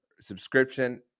subscription